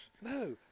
No